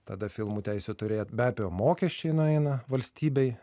tada filmų teisė turėt be abejo mokesčiai nueina valstybei